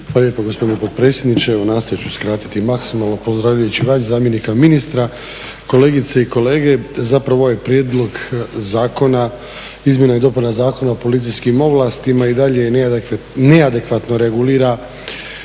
Hvala lijepo gospodine potpredsjedniče. Evo, nastojat ću skratiti maksimalno pozdravljajući vas i zamjenika ministra. Kolegice i kolege, zapravo ovaj prijedlog zakona izmjena i dopuna Zakona o policijskim ovlastima i dalje neadekvatno regulira